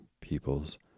people's